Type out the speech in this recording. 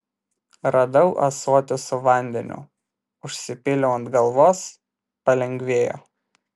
radau ąsotį su vandeniu užsipyliau ant galvos palengvėjo